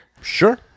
Sure